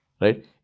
right